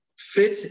fit